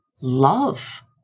love